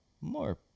more